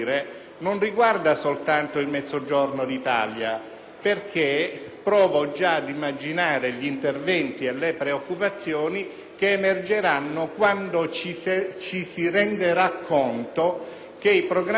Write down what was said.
perché provo già ad immaginare gli interventi e le preoccupazioni che emergeranno quando ci si renderà conto che i programmi operativi regionali delle Regioni del Centro-Nord